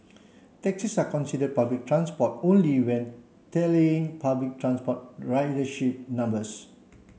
taxis are considered public transport only when tallying public transport ridership numbers